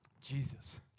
Jesus